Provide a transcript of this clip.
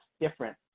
different